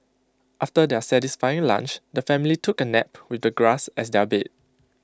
after their satisfying lunch the family took A nap with the grass as their bed